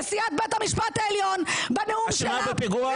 נשיאת בית המשפט העליון בנאום שלה -- אשמה בפיגוע?